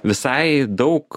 visai daug